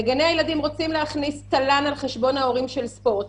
בגני ילדים רוצים להכניס תל"ן על חשבון שיעורי ספורט.